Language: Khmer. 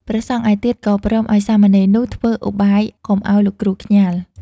ព្រះសង្ឃឯទៀតក៏ព្រមឲ្យសាមណេរនោះធ្វើឧបាយកុំឲ្យលោកគ្រូខ្ញាល់។